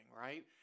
right